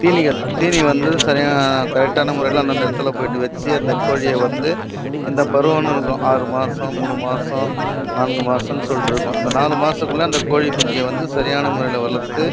தீனிகள் தீனி வந்து சரியான கரெக்ட்டான முறையில் அந்தந்த இடத்துல போயிட்டு வச்சு அந்த கோழியை வந்து இந்த பருவமனும் இருக்கும் ஆறு மாசம் மூணு மாசம் நான்கு மாசம் சொல்லிட்டுருக்கும் அந்த நாலு மாசத்துக்குள்ளே அந்த கோழிக் குஞ்சே வந்து சரியான முறையில் வளர்த்து